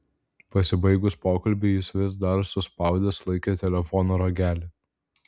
pasibaigus pokalbiui jis vis dar suspaudęs laikė telefono ragelį